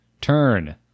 turn